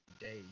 day